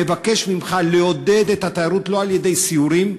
מבקש ממך לעודד את התיירות לא על-ידי סיורים,